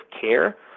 care